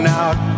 out